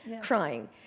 crying